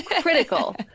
critical